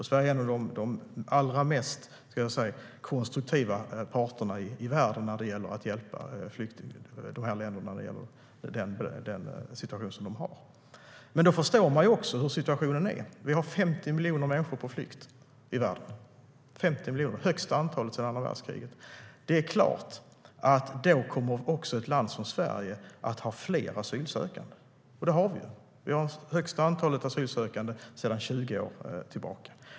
Sverige är en av de allra mest konstruktiva parterna i världen när det gäller att hjälpa de här länderna i den situation som de har. Men då förstår man också hur situationen är. Vi har 50 miljoner människor på flykt i världen. Det är det högsta antalet sedan andra världskriget. Då är det klart att ett land som Sverige också kommer att ha fler asylsökande - och det har vi. Vi har det högsta antalet asylsökande sedan 20 år tillbaka.